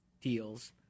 deals